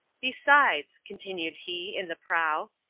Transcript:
besides, continued he, in the prow,